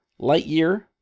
Lightyear